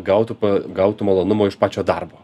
gautų pa gautų malonumo iš pačio darbo